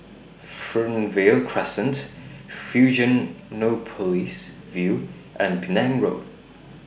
Fernvale Crescent Fusionopolis View and Penang Road